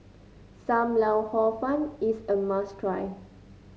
Sam Lau Hor Fun is a must try